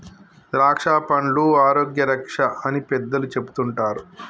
ద్రాక్షపండ్లు ఆరోగ్య రక్ష అని పెద్దలు చెపుతుంటారు